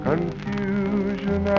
Confusion